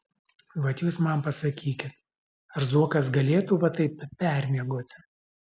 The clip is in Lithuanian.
vat jūs man pasakykit ar zuokas galėtų va taip permiegoti